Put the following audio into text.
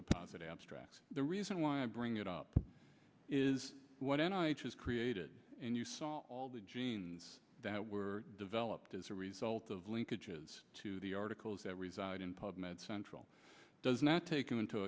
deposit abstracts the reason why i bring it up is what i created and you saw all the genes that were developed as a result of linkages to the articles that reside in pub med central does not taking into